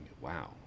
wow